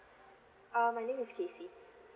uh my name is casey